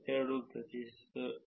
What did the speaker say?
ಅಂತಿಮವಾಗಿ Google plus ಗಾಗಿ ನಾವು 5